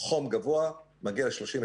חום גבוה מגיע ל-39,